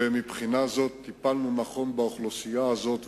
ומבחינה זו טיפלנו נכון באוכלוסייה הזאת,